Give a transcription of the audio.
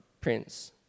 prince